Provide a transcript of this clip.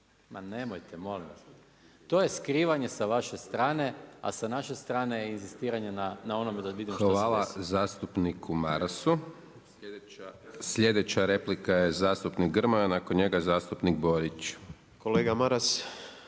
Ma nemojte molim vas. To je skrivanje sa vaše strane a sa naše strane inzistiranje na onome da vidim što se desilo. **Hajdaš Dončić, Siniša (SDP)** Hvala zastupniku Marasu. Sljedeća replika je zastupnik Grmoja. Nakon njega zastupnik Borić. **Grmoja,